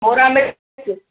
थोरा मिर्चु